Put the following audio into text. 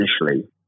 initially